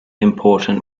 important